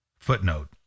Footnote